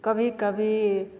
कभी कभी